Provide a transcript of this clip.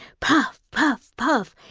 puff, puff, puff.